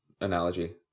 analogy